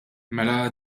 mela